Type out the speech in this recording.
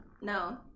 no